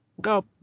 Go